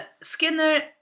Skinner